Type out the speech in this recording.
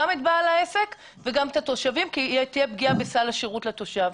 גם את בעל העסק וגם את התושבים כי תהיה פגיעה בסל השירות לתושב.